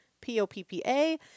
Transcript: P-O-P-P-A